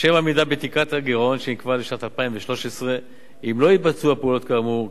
לשם עמידה בתקרת הגירעון שנקבעה לשנת 2013. אם לא יתבצעו הפעולות כאמור,